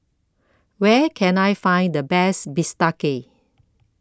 Where Can I Find The Best Bistake